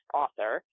author